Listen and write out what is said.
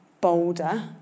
bolder